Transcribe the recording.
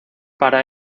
para